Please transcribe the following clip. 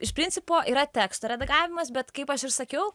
iš principo yra teksto redagavimas bet kaip aš ir sakiau